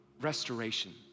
restoration